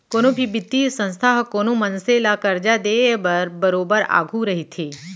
कोनो भी बित्तीय संस्था ह कोनो मनसे ल करजा देय बर बरोबर आघू रहिथे